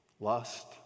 Lust